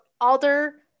Alder